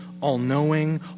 all-knowing